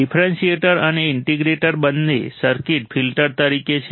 differentiator અને integrator બંને circuit filter તરીકે છે